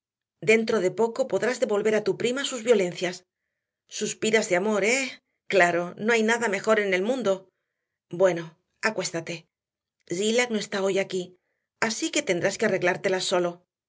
dentro de poco podrás devolver a tu prima sus violencias suspiras de amor eh claro no hay nada mejor en el mundo bueno acuéstate zillah no está hoy aquí así que tendrás que arreglártelas solo